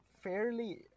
fairly